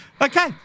Okay